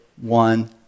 one